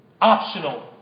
Optional